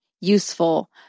useful